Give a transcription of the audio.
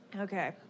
Okay